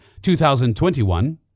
2021